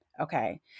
okay